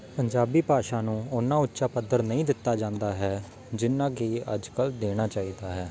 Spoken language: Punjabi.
ਪੰਜਾਬੀ ਭਾਸ਼ਾ ਨੂੰ ਓਨਾ ਉੱਚਾ ਪੱਧਰ ਨਹੀਂ ਦਿੱਤਾ ਜਾਂਦਾ ਹੈ ਜਿੰਨਾ ਕਿ ਅੱਜ ਕੱਲ੍ਹ ਦੇਣਾ ਚਾਹੀਦਾ ਹੈ